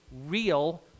real